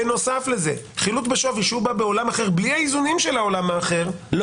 בנוסף לזה חילוט בשווי שהוא בא בעולם אחר בלי האיזונים של העולם האחר,